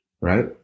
right